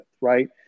right